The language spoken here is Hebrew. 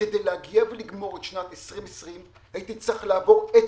כדי לגמור את שנת 2020 הייתי צריך לעבור עץ-עץ,